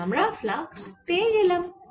তাহলে আমরা ফ্লাক্স পেয়ে গেলাম